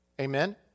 Amen